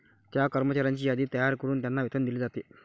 त्या कर्मचाऱ्यांची यादी तयार करून त्यांना वेतन दिले जाते